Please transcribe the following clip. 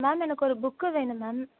ma'am எனக்கு ஒரு book வேணும் மேம்